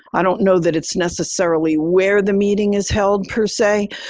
i don't know that it's necessarily where the meeting is held per se.